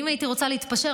אם הייתי רוצה להתפשר,